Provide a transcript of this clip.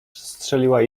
strzeliła